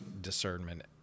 discernment